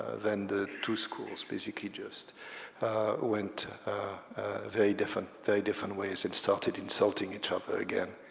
then the two schools basically just went very different very different ways, and started insulting each other again.